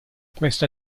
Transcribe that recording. questa